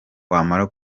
wamara